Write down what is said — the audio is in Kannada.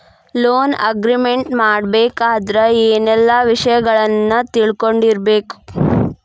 ಲೊನ್ ಅಗ್ರಿಮೆಂಟ್ ಮಾಡ್ಬೆಕಾದ್ರ ಏನೆಲ್ಲಾ ವಿಷಯಗಳನ್ನ ತಿಳ್ಕೊಂಡಿರ್ಬೆಕು?